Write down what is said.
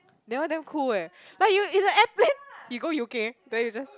that one damn cool eh but you in a airplane you go U_K then you just